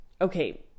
okay